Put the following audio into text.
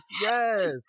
yes